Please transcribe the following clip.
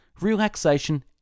relaxation